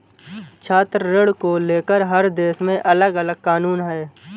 छात्र ऋण को लेकर हर देश में अलगअलग कानून है